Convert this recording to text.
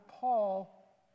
Paul